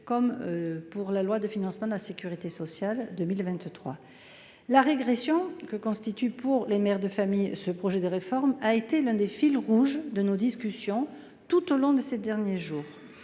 dans la loi de financement de la sécurité sociale pour 2023. La régression que constitue pour les mères de famille ce projet de réforme a été l'un des fils rouges de nos discussions tout au long de ces derniers jours.